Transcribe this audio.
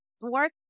Work